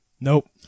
Nope